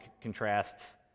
contrasts